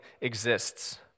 exists